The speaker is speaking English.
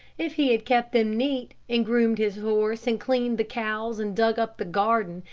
if he had kept them neat, and groomed his horse, and cleaned the cows, and dug up the garden,